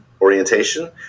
orientation